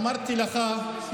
אמרתי לך,